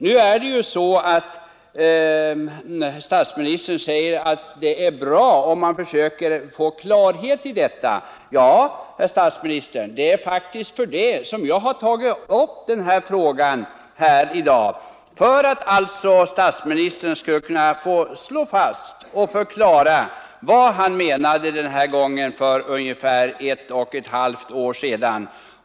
Nu säger statsministern att det är bra om man försöker få klarhet i det här avseendet. Ja, herr statsminister, jag har faktiskt tagit upp denna fråga här för att statsministern skulle kunna slå fast och förklara vad han menade den där gången för ungefär ett och ett halvt år sedan.